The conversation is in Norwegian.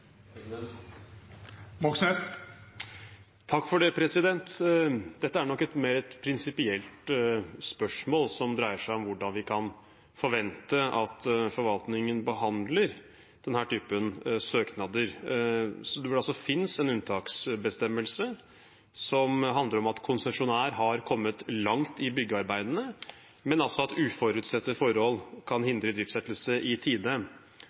Dette er nok et mer prinsipielt spørsmål som dreier seg om hvordan vi kan forvente at forvaltningen behandler denne typen søknader, hvor det altså finnes en unntaksbestemmelse som handler om at konsesjonær har kommet langt i byggearbeidene, men at uforutsette forhold kan hindre idriftsettelse i tide.